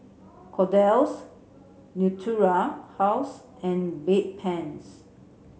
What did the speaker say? Kordel's Natura House and Bedpans